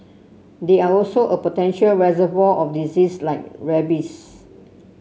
they are also a potential reservoir of disease like rabies